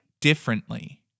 differently